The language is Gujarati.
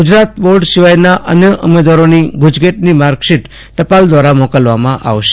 ગુજરાત બોર્ડ સિવાયના અન્ય ઉમેદવારોની ગુજકેટની માર્કશીટ ટપાલ દ્વારા મોકલવામાં આવશે